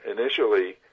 initially